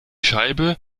scheibe